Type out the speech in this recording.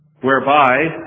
whereby